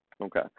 okay